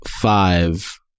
five